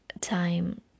time